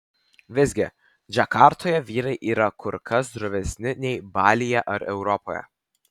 visgi džakartoje vyrai yra kur kas drovesni nei balyje ar europoje